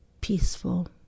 peaceful